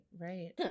right